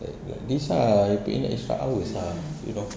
like like this lah you put in extra hours lah you know